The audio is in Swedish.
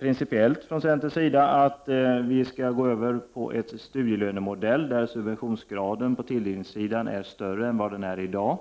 principiellt från centerns sida att man skall gå över till en studielönsmodell, där subventionsgraden är större än vad den är i dag.